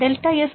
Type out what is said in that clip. delta S